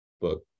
book